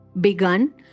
begun